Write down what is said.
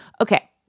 Okay